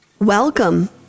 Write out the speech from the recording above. Welcome